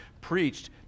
preached